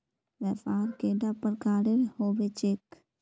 व्यापार कैडा प्रकारेर होबे चेक?